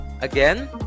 Again